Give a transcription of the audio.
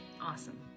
awesome